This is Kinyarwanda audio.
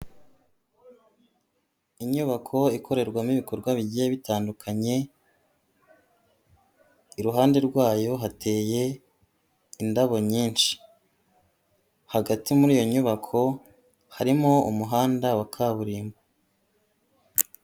Inyubako ikorerwamo ibikorwa bigiye bitandukanye, iruhande rwayo hateye indabo nyinshi, hagati muri iyo nyubako harimo umuhanda wa kaburimbo.